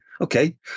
okay